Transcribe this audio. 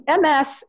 MS